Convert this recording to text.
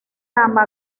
ama